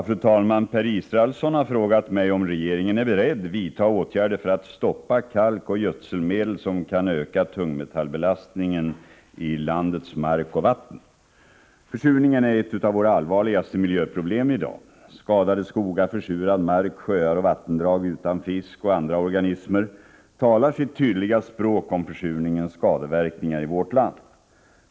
Fru talman! Per Israelsson har frågat mig om regeringen är beredd vidta åtgärder för att stoppa kalk och gödselmedel som kan öka tungmetallbelastningen i landets mark och vatten. Försurningen är ett av våra allvarligaste miljöproblem i dag. Skadade skogar, försurad mark, sjöar och vattendrag utan fisk och andra organismer talar sitt tydliga språk om försurningens skadeverkningar i vårt land.